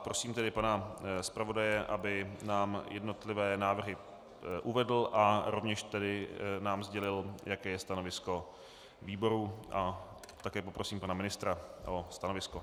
Prosím tedy pana zpravodaje, aby nám jednotlivé návrhy uvedl a rovněž nám sdělil, jaké je stanovisko výboru, a také poprosím pana ministra o stanovisko.